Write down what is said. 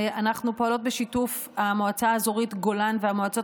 אנחנו פועלות בשיתוף המועצה האזורית גולן והמועצה